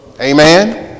Amen